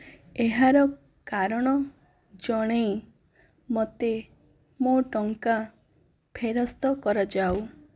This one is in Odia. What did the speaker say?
ଏହାର କାରଣ ଜଣାଇ ମୋତେ ମୋ' ଟଙ୍କା ଫେରସ୍ତ କରାଯାଉ